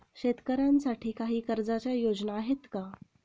शेतकऱ्यांसाठी काही कर्जाच्या योजना आहेत का?